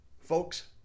folks